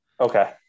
okay